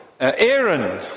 Aaron